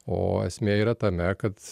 o esmė yra tame kad